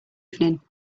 evening